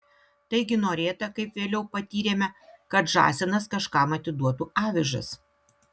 taigi norėta kaip vėliau patyrėme kad žąsinas kažkam atiduotų avižas